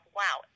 wow